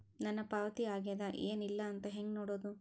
ನನ್ನ ಪಾವತಿ ಆಗ್ಯಾದ ಏನ್ ಇಲ್ಲ ಅಂತ ಹೆಂಗ ನೋಡುದು?